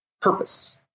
purpose